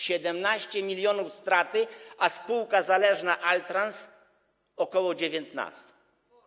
17 mln strat, a spółka zależna Altrans - ok. 19.